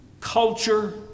culture